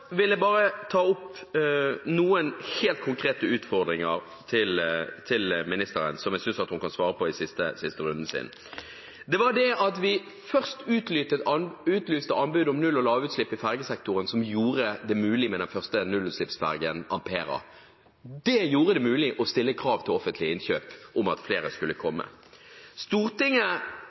vil jeg bare ta opp noen helt konkrete utfordringer til næringsministeren, som jeg synes hun kan svare på i siste runden. Vi utlyste først anbud om null- og lavutslipp i fergesektoren, som gjorde det mulig med den første nullutslippsfergen, «Ampere». Det gjorde det mulig å stille krav til offentlige innkjøp om at flere skulle komme. Stortinget